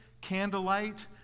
candlelight